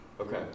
Okay